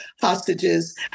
hostages